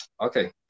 okay